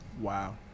Wow